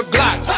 Glock